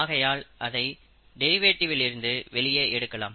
ஆகையால் அதை டெரிவேட்டிவ் இல் இருந்து வெளியே எடுக்கலாம்